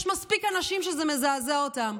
יש מספיק אנשים שזה מזעזע אותם,